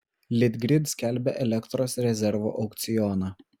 litgrid skelbia elektros rezervo aukcioną